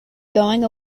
going